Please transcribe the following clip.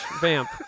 vamp